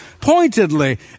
pointedly